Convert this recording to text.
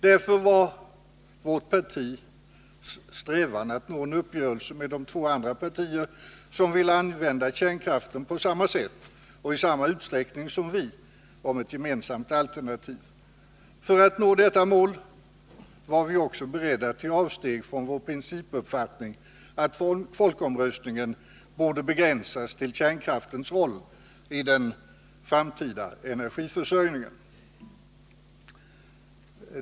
Därför var det vårt partis strävan att med de två andra partier som vill använda kärnkraften på samma sätt och i samma utsträckning som vi nå en uppgörelse om ett gemensamt alternativ. För att nå detta mål var vi också beredda till avsteg från vår principuppfattning att folkomröstningen borde begränsas till kärnkraftens roll i den framtida energiförsörjningen.